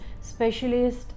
specialist